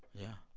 yeah.